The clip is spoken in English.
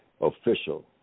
official